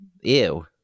ew